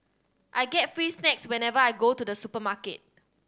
I get free snacks whenever I go to the supermarket